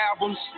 albums